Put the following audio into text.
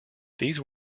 these